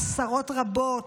עשרות רבות.